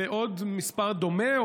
ועוד מספר דומה,